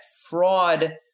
fraud